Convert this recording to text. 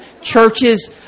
churches